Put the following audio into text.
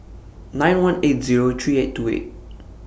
nine one eight Zero three eight two eight